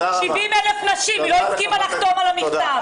70,000 נשים והיא לא הסכימה לחתום על המכתב.